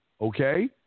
Okay